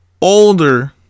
older